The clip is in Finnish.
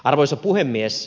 arvoisa puhemies